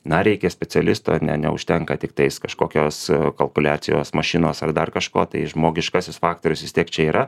na reikia specialisto ne neužtenka tiktais kažkokios kalkuliacijos mašinos ar dar kažko tai žmogiškasis faktorius vis tiek čia yra